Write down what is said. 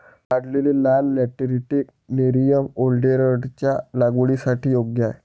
काढलेले लाल lateritic nerium ओलेन्डरच्या लागवडीसाठी योग्य आहे